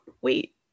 wait